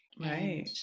Right